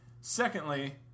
Secondly